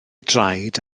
draed